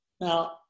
Now